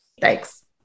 Thanks